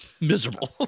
Miserable